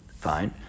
Fine